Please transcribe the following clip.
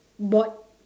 board